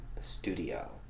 studio